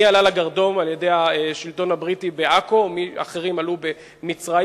מי שהועלה לגרדום על-ידי השלטון הבריטי בעכו ואחרים שעלו במצרים,